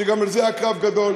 וגם על זה היה קרב גדול,